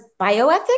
bioethics